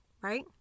right